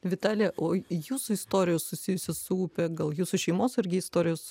vitalija o jūsų istorijos susijusios su upe gal jūsų šeimos irgi istorijos